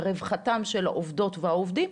ברווחתם של העובדות והעובדים,